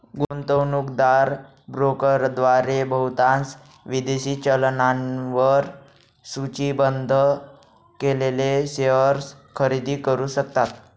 गुंतवणूकदार ब्रोकरद्वारे बहुतांश विदेशी चलनांवर सूचीबद्ध केलेले शेअर्स खरेदी करू शकतात